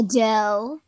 Adele